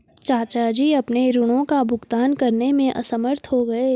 चाचा जी अपने ऋणों का भुगतान करने में असमर्थ हो गए